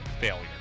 failure